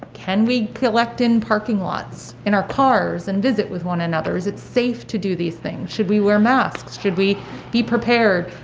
can we collect in parking lots in our cars and visit with one another, is it safe to do these things, should we wear masks, should we be prepared?